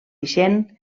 ixent